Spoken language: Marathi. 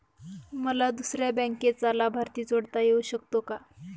मला दुसऱ्या बँकेचा लाभार्थी जोडता येऊ शकतो का?